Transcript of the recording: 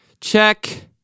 Check